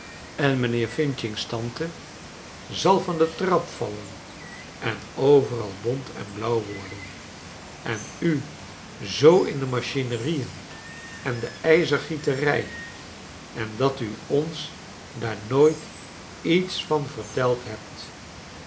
en mijnheer f's tante zal van de trap vallen en overal bont en blauw worden en u zoo in de machinerien en de ijzergieterij en dat u ons daar nooit iets van verteld hebt